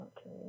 Okay